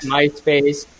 MySpace